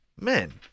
Men